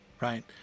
right